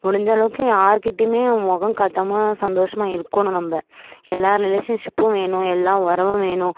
முடிஞ்சளவுக்கு யார்கிட்டையுமே முகம் காட்டாமல் சந்தோஷமாக இருக்கணும் நம்ப எல்லா ரிலேஷன்ஷிப்பும் வேணும் எல்லா உறவும் வேணும்